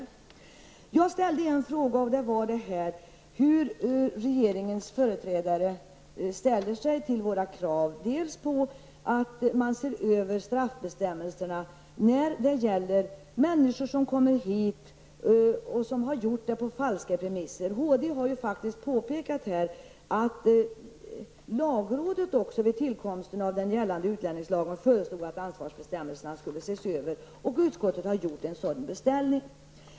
Jag frågade hur regeringens företrädare ställer sig till våra krav på en översyn av straffbestämmelserna när det gäller människor som kommer hit på falska premisser. Högsta domstolen har ju faktiskt påpekat att lagrådet vid tillkomsten av den gällande utlänningslagen föreslog att ansvarsbestämmelserna skulle ses över. Utskottet har också gjort en sådan beställning.